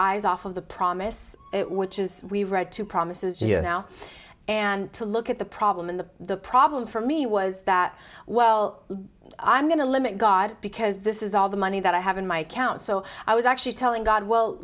eyes off of the promise which is we read two promises just now and to look at the problem in the problem for me was that well i'm going to limit god because this is all the money that i have in my account so i was actually telling god well